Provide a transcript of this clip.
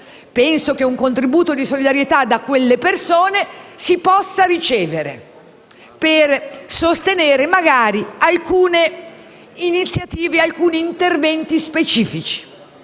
Penso che un contributo di solidarietà da quelle persone si possa ricevere, magari per sostenere alcune iniziative, alcuni interventi specifici.